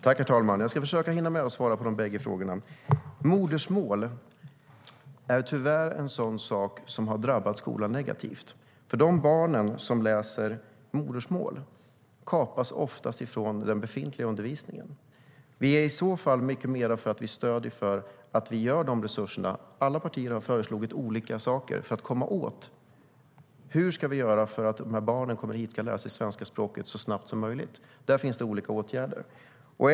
Herr talman! Jag ska försöka hinna med att svara på de bägge frågorna. Modersmålsundervisningen har tyvärr drabbat skolan negativt. De barn som läser modersmål kapas oftast från den befintliga undervisningen. Vi är i så fall mycket mer för att stödja andra resurser. Alla partier har föreslagit olika saker för att komma åt detta. Hur ska vi göra för att de barn som kommer hit ska lära sig svenska språket så snabbt som möjligt? Det finns olika åtgärder.